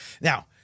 Now